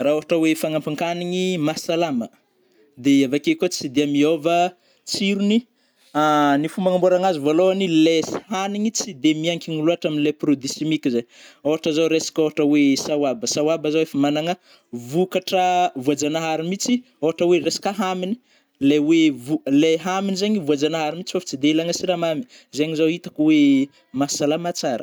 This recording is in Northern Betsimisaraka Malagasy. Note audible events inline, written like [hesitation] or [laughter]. Ra ôhatra oe fanampinkanigny mahasalama, de avekeo koa tsy de miô [hesitation] va tsirony, [hesitation] ny fomba hagnamboaragnazy vôlôhagny, le [hesitation] hanigny tsy de miankigny lôhatra amle produit simika zai, ôtra zao raisiko ôhatra oe [hesitation] sahoaba - sahoaba zao efa magnana vokatra voajagnahary mihitsy ôhatra oe resaka hamigny, lai hoe vo [hesitation] lay hoe hamigny zegny voajagnahary mihitsy fô f' tsy de ilaigny siramamy, zegny zao hitako hoe [hesitation] mahasalama tsara.